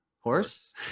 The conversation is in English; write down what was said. horse